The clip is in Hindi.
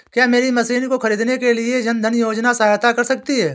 क्या मेरी मशीन को ख़रीदने के लिए जन धन योजना सहायता कर सकती है?